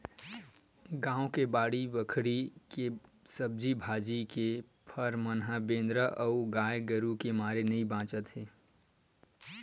गाँव के बाड़ी बखरी के सब्जी भाजी, के फर मन ह बेंदरा अउ गाये गरूय के मारे नइ बाचत हे